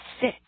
sit